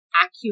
accurate